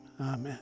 Amen